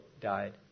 died